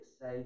say